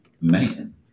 man